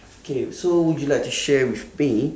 okay so would you like to share with me